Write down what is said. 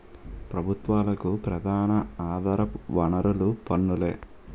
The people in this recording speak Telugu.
ప్రభుత్వాలకు ప్రధాన ఆధార వనరులు పన్నులే